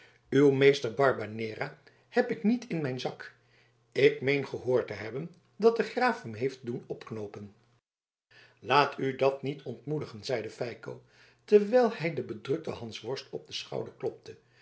uw meester barbanera heb ik niet in mijn zak ik meen gehoord te hebben dat de graaf hem heeft doen opknoopen laat u dat niet ontmoedigen zeide feiko terwijl hij den bedrukten hansworst op den schouder klopte